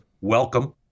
Welcome